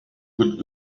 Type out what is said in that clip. could